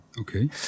okay